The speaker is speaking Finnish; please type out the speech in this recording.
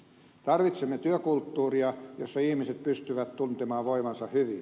tarvitsemme työkulttuuria jossa ihmiset pystyvät tuntemaan voivansa hyvin